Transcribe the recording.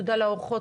תודה לאורחות,